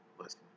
Listen